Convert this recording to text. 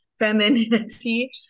femininity